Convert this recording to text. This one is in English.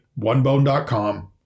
onebone.com